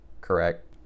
correct